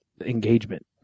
engagement